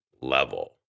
level